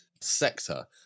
sector